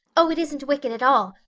oh, it isn't wicked at all.